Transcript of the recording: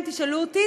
אם תשאלו אותי,